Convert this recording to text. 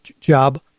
job